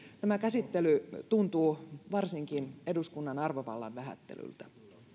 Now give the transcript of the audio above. tämä käsittely tuntuu varsinkin eduskunnan arvovallan vähättelyltä